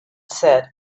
said